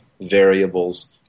variables